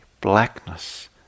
blackness